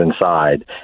inside